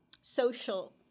social